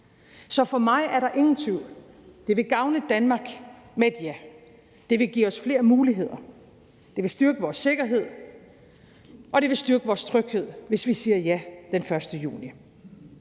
Så for mig at se er der ingen tvivl: Det vil gavne Danmark med et ja. Det vil give os flere muligheder, det vil styrke vores sikkerhed, og det vil styrke vores tryghed, hvis vi siger ja den 1. juni.